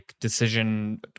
decision